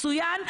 מצוין.